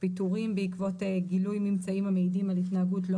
פיטורים בעקבות גילוי ממצאים המעידים על התנהגות לא